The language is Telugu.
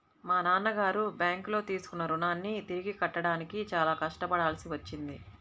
మా నాన్నగారు బ్యేంకులో తీసుకున్న రుణాన్ని తిరిగి కట్టడానికి చాలా కష్టపడాల్సి వచ్చింది